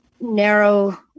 narrow